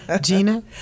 Gina